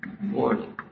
morning